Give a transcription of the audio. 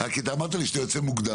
כי אמרת לי שאתה יוצא מוקדם,